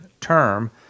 term